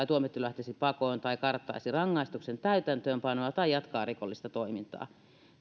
tuomittu lähtisi pakoon tai karttaisi rangaistuksen täytäntöönpanoa tai jatkaa rikollista toimintaa